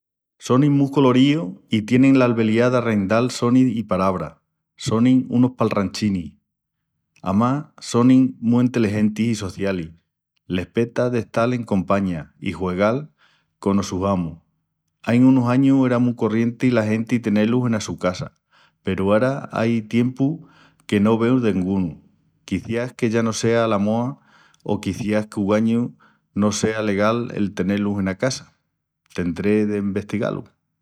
Sonin mu coloríus i tienin l'albeliá d'arrendal sonis i palabras, sonin unus palranchinis. Amás, sonin mu enteligentis i socialis, les peta d'estal en compaña i juegal conos sus amus. Ai unus añus era mu corrienti la genti tené-lus en casa peru ara ai tiempu que no veu dengunu. Quiciás que ya no sea la moa o quiciás qu'ogañu no sea legal el tené-lus en casa. Tendré de vestigá-lu!